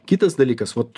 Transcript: kitas dalykas vot